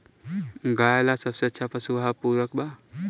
गाय ला सबसे अच्छा पशु आहार पूरक का बा?